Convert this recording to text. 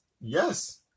yes